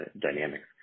dynamics